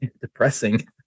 depressing